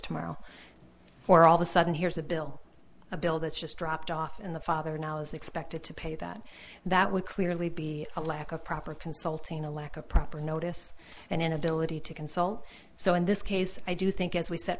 tomorrow where all the sudden here's a bill a bill that's just dropped off in the father now is expected to pay that that would clearly be a lack of proper consulting a lack of proper notice and inability to consult so in this case i do think as we set